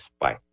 Bye